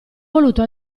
voluto